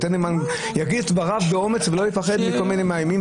יתד נאמן יגיד את דבריו באומץ ולא יפחד מכל מיני מאיימים.